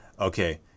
Okay